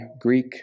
Greek